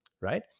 right